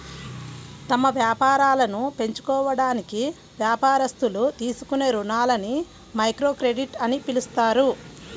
తమ వ్యాపారాలను పెంచుకోవడానికి వ్యాపారస్తులు తీసుకునే రుణాలని మైక్రోక్రెడిట్ అని పిలుస్తారు